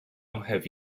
have